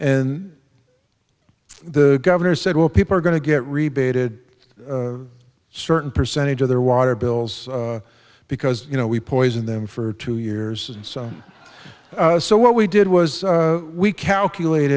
and the governor said well people are going to get rebated a certain percentage of their water bills because you know we poison them for two years and so so what we did was we calculate